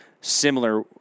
similar